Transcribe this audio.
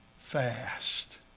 fast